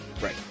right